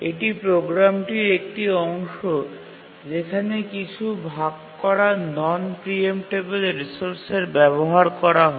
এটি প্রোগ্রামটির একটি অংশ যেখানে কিছু ভাগ করা নন প্রিএমটেবিল রিসোর্সের ব্যবহার করা হয়